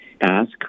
ask